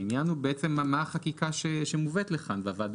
העניין הוא בעצם מה החקיקה שמובאת לכאן והוועדה